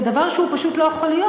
זה דבר שהוא פשוט לא יכול להיות.